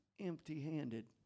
empty-handed